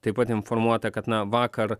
taip pat informuota kad na vakar